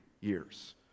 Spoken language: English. years